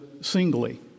singly